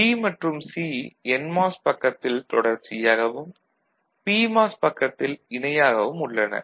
B மற்றும் C NMOS பக்கத்தில் தொடர்ச்சியாகவும் பிமாஸ் பக்கத்தில் இணையாகவும் உள்ளன